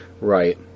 right